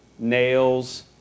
Nails